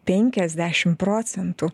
penkiasdešim procentų